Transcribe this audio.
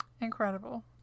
Incredible